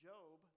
Job